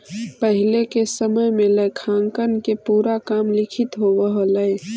पहिले के समय में लेखांकन के पूरा काम लिखित होवऽ हलइ